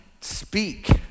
speak